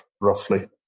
roughly